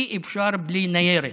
אי-אפשר בלי ניירת.